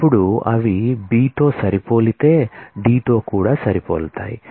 ఇప్పుడు అవి B తో సరిపోలితే D తో కూడా సరిపోలుతాయ్